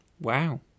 Wow